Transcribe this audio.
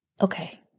okay